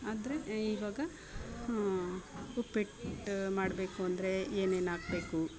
ಅಂದರೆ ಇವಾಗ ಉಪ್ಪಿಟ್ಟು ಮಾಡಬೇಕು ಅಂದರೆ ಏನೇನು ಹಾಕ್ಬೇಕು